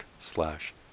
slash